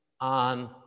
on